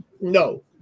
No